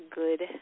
good